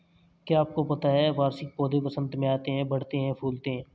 क्या आपको पता है वार्षिक पौधे वसंत में आते हैं, बढ़ते हैं, फूलते हैं?